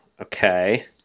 Okay